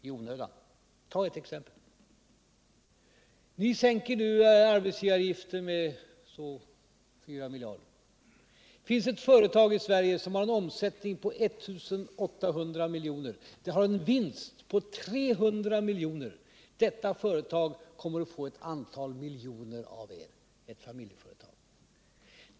Jag kan ta ett exempel: Ni sänker nu arbetsgivaravgiften med 4 miljarder. Det finns ett företag i Sverige som har en omsättning på 1 800 miljoner och en vinst på 300 miljoner. Detta företag, ett familjeföretag, kommer att få ett antal miljoner av er.